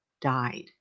died